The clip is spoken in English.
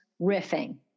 riffing